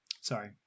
Sorry